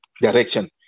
direction